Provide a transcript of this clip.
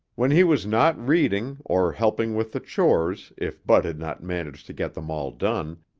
when he was not reading or helping with the chores if bud had not managed to get them all done,